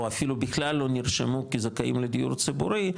או אפילו בכלל לא נרשמו כזכאים לדיור ציבורי,